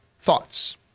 thoughts